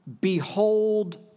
behold